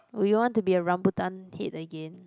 will you want to be a rambutan head again